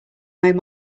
made